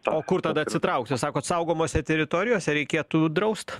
o kur tada atsitraukti sakot saugomose teritorijose reikėtų draust